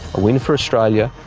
a win for australia,